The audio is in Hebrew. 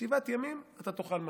שבעת ימים אתה תאכל מצות.